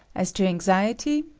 as to anxiety,